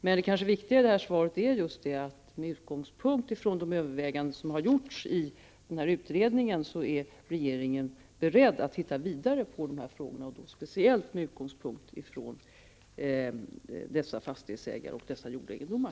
Men det viktiga i det här svaret är kanske att regeringen just med utgångspunkt från de överväganden som har gjorts i den nämnda utredningen är beredd att titta vidare på de här frågorna, speciellt med utgångspunkt från dessa fastighetsägare och dessa jordegendomar.